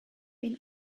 been